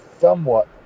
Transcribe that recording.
somewhat